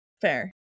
Fair